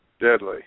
deadly